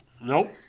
Nope